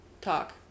talk